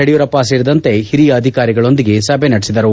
ಯಡಿಯೂರಪ್ಪ ಸೇರಿದಂತೆ ಓರಿಯ ಅಧಿಕಾರಿಗಳೊಂದಿಗೆ ಸಭೆ ನಡೆಸಿದರು